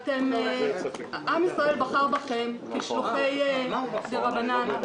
עם ישראל בחר בכם כשלוחי דרבנן,